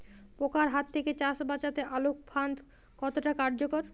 পোকার হাত থেকে চাষ বাচাতে আলোক ফাঁদ কতটা কার্যকর?